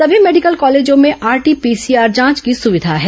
सभी मेडिकल कॉलेजों में आरटी पीसीआर जांच की सुविधा है